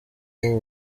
uyu